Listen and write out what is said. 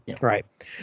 right